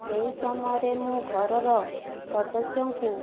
ସେଇ ସମୟରେ ମୁଁ ଘରର ସଦସ୍ୟଙ୍କୁ